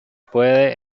puede